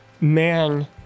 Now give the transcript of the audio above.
man